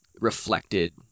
reflected